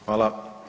Hvala.